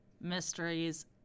mysteries